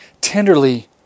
tenderly